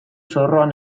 zorroan